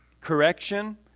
correction